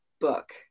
book